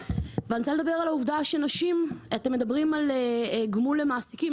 אתם מדברים על גמול למעסיקים.